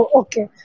okay